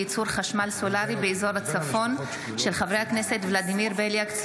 של חברי הכנסת ולדימיר בליאק,